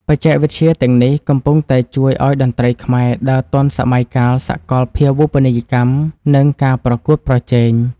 បច្ចេកវិទ្យាទាំងនេះកំពុងតែជួយឱ្យតន្ត្រីខ្មែរដើរទាន់សម័យកាលសកលភាវូបនីយកម្ម និង ការប្រកួតប្រជែង។